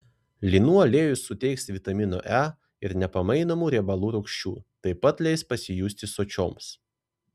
linų aliejus suteiks vitamino e ir nepamainomų riebalų rūgščių taip pat leis pasijusti sočioms